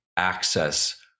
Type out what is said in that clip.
access